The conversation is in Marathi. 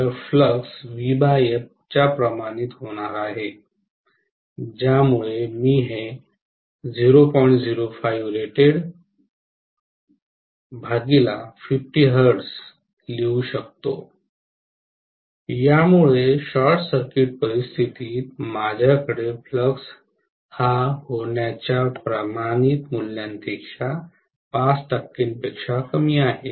तर फ्लक्स च्या प्रमाणित होणार आहे ज्यामुळे मी हे लिहू शकतो यामुळे शॉर्ट सर्किट परिस्थितीत माझ्याकडे फ्लक्स हा होण्याच्या प्रमाणित मूल्यांपेक्षा 5 टक्केपेक्षा कमी आहे